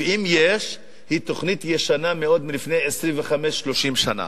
ואם יש, היא תוכנית ישנה מאוד, מלפני 25 30 שנה.